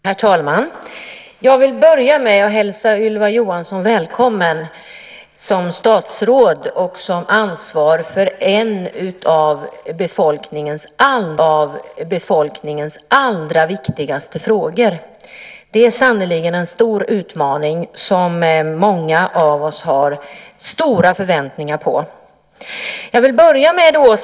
Herr talman! Jag vill börja med att hälsa Ylva Johansson välkommen som statsråd och som ansvarig för en av befolkningens allra viktigaste frågor. Det är sannerligen en stor utmaning, och många av oss har stora förväntningar på Ylva Johansson.